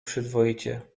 przyzwoicie